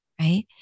Right